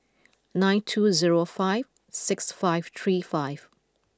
nine two zero five six five three five